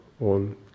on